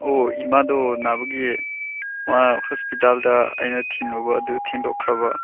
ꯑꯣ ꯏꯃꯥꯗꯣ ꯅꯥꯕꯒꯤ ꯑꯥ ꯍꯣꯁꯄꯤꯇꯥꯜꯗ ꯑꯩꯅ ꯊꯤꯜꯂꯨꯕ ꯑꯗꯨ ꯊꯦꯡꯗꯣꯛꯈ꯭ꯔꯕ